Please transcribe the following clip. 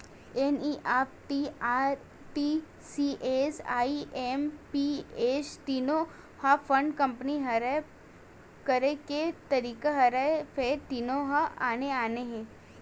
NEFT, RTGS, IMPS तीनो ह fund transfer करे के तरीका हरय फेर तीनो ह आने आने हे